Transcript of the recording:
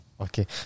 Okay